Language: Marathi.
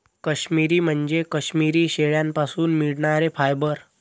काश्मिरी म्हणजे काश्मिरी शेळ्यांपासून मिळणारे फायबर